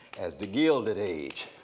as the gilded age.